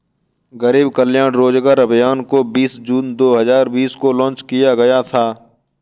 गरीब कल्याण रोजगार अभियान को बीस जून दो हजार बीस को लान्च किया गया था